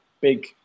big